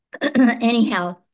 Anyhow